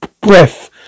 breath